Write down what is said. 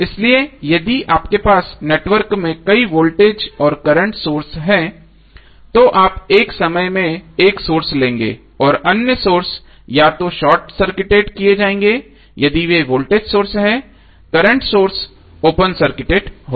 इसलिए यदि आपके पास नेटवर्क में कई वोल्टेज और करंट सोर्स हैं तो आप एक समय में एक सोर्स लेंगे और अन्य सोर्स या तो यह शॉर्ट सर्किटेड किए जाएंगे यदि वे वोल्टेज सोर्स हैं और करंट सोर्स ओपन सर्किटेड होगा